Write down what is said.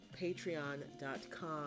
patreon.com